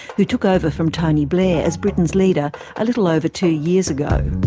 who took over from tony blair as britain's leader a little over two years ago.